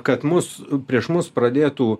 kad mus prieš mus pradėtų